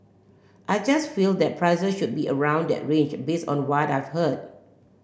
I just feel that prices should be around that range based on what I've heard